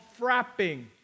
frapping